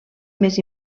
més